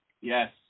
Yes